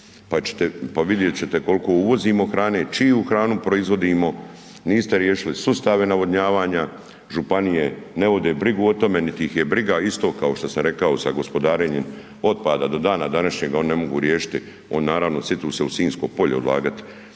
pa vidjet ćete koliko uvozimo hrane, čiju hranu proizvodimo, niste riješili sustave navodnjavanja, županije ne vode brigu o tome niti ih je briga, isto kao što sam rekao sa gospodarenjem otpada do dana današnjega oni ne mogu riješiti oni naravno sjete se u Sinjsko polje odlagati